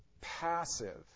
passive